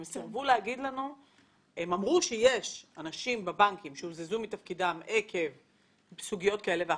הם אמרו שיש אנשים בבנקים שהוזזו מתפקידם עקב סוגיות כאלו ואחרות,